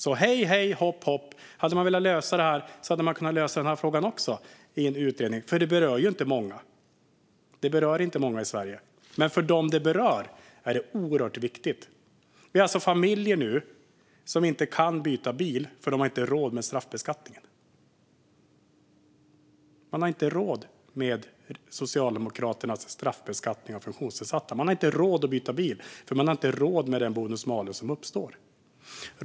Så hej, hej, hopp, hopp, om man hade velat lösa detta hade man kunnat göra det med en utredning. Det här berör ju inte många i Sverige, men för dem det berör är det oerhört viktigt. Det finns familjer som inte kan byta bil eftersom de inte har råd med Socialdemokraternas straffbeskattning av funktionsnedsatta. De har inte råd att byta bil, för de har inte råd med den bonus malus som uppstår.